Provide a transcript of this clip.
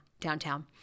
downtown